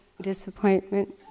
disappointment